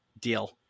deal